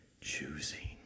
choosing